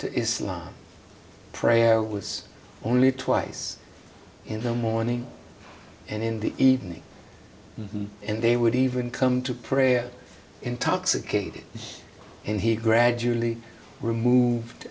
to islam prayer was only twice in the morning and in the evening and they would even come to prayer intoxicated and he gradually removed